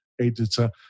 editor